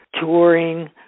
touring